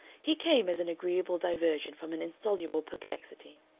he came as an agreeable diversion from an insoluble perplexity.